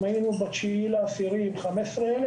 אם היינו ב-9 באוקטובר עם 15,000,